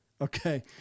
Okay